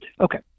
Okay